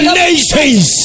nations